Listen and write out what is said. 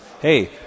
Hey